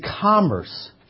commerce